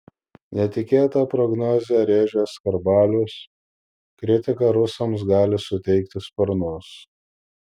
netikėtą prognozę rėžęs skarbalius kritika rusams gali suteikti sparnus